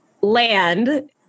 land